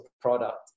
product